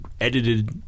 edited